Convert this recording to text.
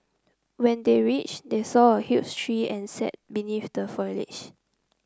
when they reached they saw a huge tree and sat beneath the foliage